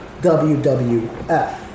WWF